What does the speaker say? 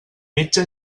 metge